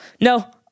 No